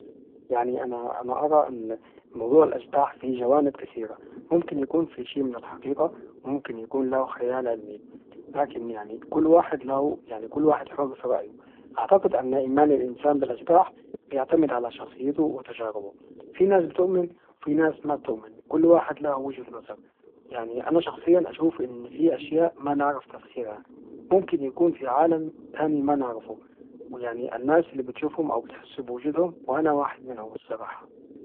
يعني أنا أرى موضوع الأشباح فيه جوانب كثيرة ممكن يكون في شي من الحقيقة وممكن يكون له خيال علمي لكن يعني كل واحد له كل واحد حر في رأيه أعتقد أن إيمان الإنسان بالاشباح يعتمد على شخصيته وتجاربه في ناس بتؤمن وفي ناس ما بتؤمن كل واحد له وجهة نظر أنا شخصيا اشوف ان في اشياء ما نعرف تفسيرها ممكن يكون في عالم تاني مانعرفه ويعني الناس اللي بتشوفهم أو بتحس بوجودهم وانا واحد منهم الصراحة